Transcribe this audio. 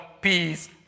peace